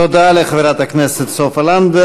תודה לחברת הכנסת סופה לנדבר.